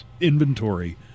inventory